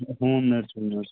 home nursing منٛز